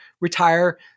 retire